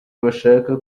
bashaka